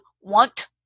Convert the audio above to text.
want